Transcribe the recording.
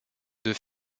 deux